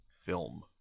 film